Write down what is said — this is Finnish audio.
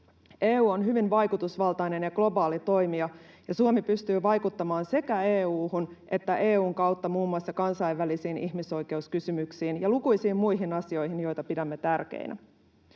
EU on hyvin vaikutusvaltainen ja globaali toimija, ja Suomi pystyy vaikuttamaan sekä EU:hun että EU:n kautta muun muassa kansainvälisiin ihmisoikeuskysymyksiin ja lukuisiin muihin asioihin, joita pidämme tärkeinä.